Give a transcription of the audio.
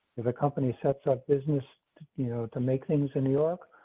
if a company sets up business to you know to make things in new york.